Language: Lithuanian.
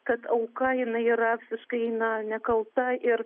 kad auka jinai yra visiškai na nekalta ir